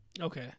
Okay